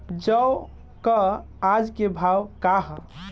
जौ क आज के भाव का ह?